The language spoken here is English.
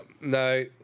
no